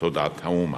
תודת האומה.